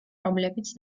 რომლებიც